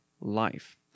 life